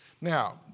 Now